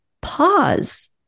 pause